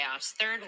Third